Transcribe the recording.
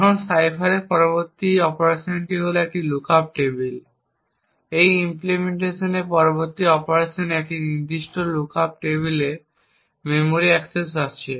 এখন সাইফারের পরবর্তী অপারেশন হল একটি লুকআপ টেবিল এই ইমপ্লিমেন্টেশনের পরবর্তী অপারেশনে একটি নির্দিষ্ট লুকআপ টেবিলে মেমরি এক্সেস আছে